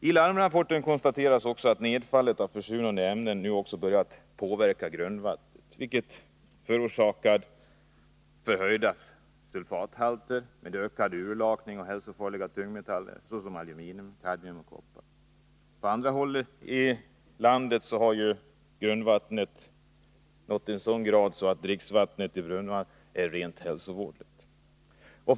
I larmrapporten konstateras också att nedfallet av försurande ämnen nu börjat påverka grundvattnet, vilket förorsakat förhöjda sulfathalter och en ökad urlakning av hälsofarliga tungmetaller, såsom aluminium, kadmium och koppar. På andra håll i landet har grundvattnets försurning nått en sådan grad att dricksvattnet i en del brunnar är rent hälsovådligt.